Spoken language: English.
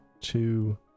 two